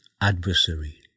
adversary